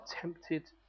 tempted